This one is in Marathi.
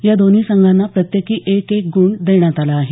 या दोन्ही संघांना प्रत्येकी एक एक ग्रण देण्यात आला आहे